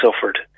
suffered